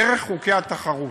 דרך חוקי התחרות.